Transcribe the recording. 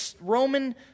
Roman